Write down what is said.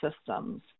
systems